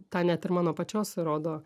tą net ir mano pačios rodo